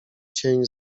cień